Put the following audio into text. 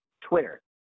Twitter